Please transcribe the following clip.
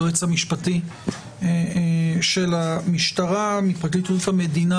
היועץ המשפטי של המשטרה; מפרקליטות המדינה,